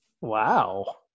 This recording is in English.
wow